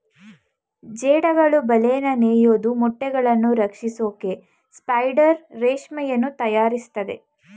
ಜೇಡಗಳು ಬಲೆನ ನೇಯೋದು ಮೊಟ್ಟೆಗಳನ್ನು ರಕ್ಷಿಸೋಕೆ ಸ್ಪೈಡರ್ ರೇಷ್ಮೆಯನ್ನು ತಯಾರಿಸ್ತದೆ